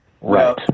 Right